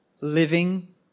living